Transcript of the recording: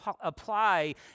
apply